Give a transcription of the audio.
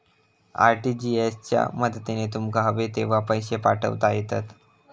RTGS च्या मदतीन तुमका हवे तेव्हा पैशे पाठवता येतत